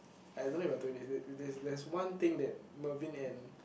I don't have a twenty fifth if it's that there's one thing that Mervin and